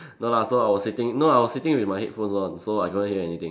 no lah so I was sitting no I was sitting with my headphones on so I couldn't hear anything